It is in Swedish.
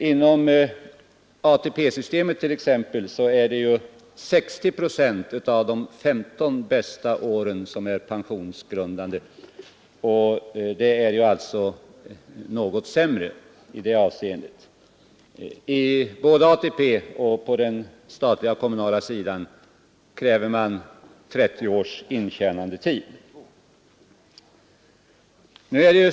Inom ATP-systemet är 60 procent av de 15 bästa åren pensionsgrundande — det är alltså något sämre förmåner där. I både ATP och på den statliga och kommunala sidan kräver man 30 års intjänandetid.